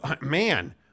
man